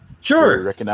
Sure